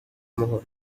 umuhoro